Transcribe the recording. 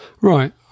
Right